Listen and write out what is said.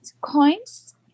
coins